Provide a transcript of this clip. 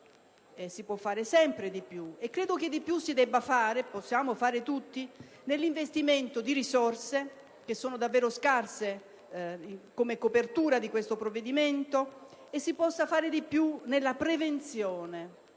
(si può fare sempre di più) e credo che di più si debba e si possa fare tutti, nell'investimento di risorse che sono davvero scarse, come copertura di questo provvedimento, e nella prevenzione.